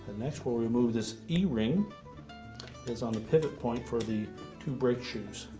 and next, we'll remove this e-ring. it's on the pivot point for the two brake shoes.